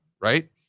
Right